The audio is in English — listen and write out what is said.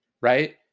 right